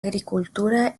agricultura